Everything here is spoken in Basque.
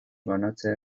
banantzea